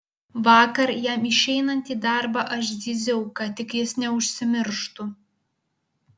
vakar jam išeinant į darbą aš zyziau kad tik jis neužsimirštų